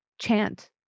chant